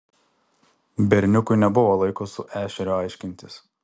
berniukui nebuvo laiko su ešeriu aiškintis